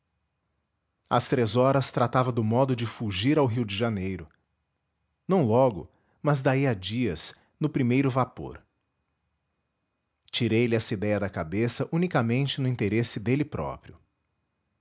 às três horas tratava do modo de fugir ao rio de janeiro não logo mas daí a dias no primeiro vapor tirei lhe essa idéia da cabeça unicamente no interesse dele próprio